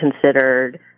considered